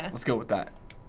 let's go with that.